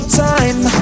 time